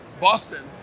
Boston